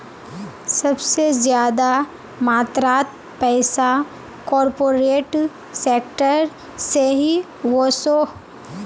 सबसे ज्यादा मात्रात पैसा कॉर्पोरेट सेक्टर से ही वोसोह